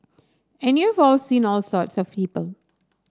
and you've all seen all sorts of people